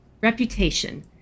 Reputation